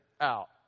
out